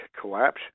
collapse